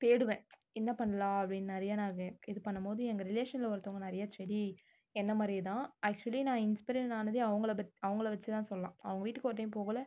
தேடுவேன் என்ன பண்ணலாம் அப்படின்னு நிறைய நான் இது பண்ணும் போது எங்க ரிலேஷனில் ஒருத்தவங்க நிறைய செடி என்ன மாதிரி தான் ஆக்ச்சுவலி நான் இன்ஸ்ப்ரென்ட் ஆனதே அவங்கள பத் அவங்கள வச்சு தான் சொல்லலாம் அவங்க வீட்டுக்கு ஒரு டைம் போககுள்ள